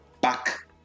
back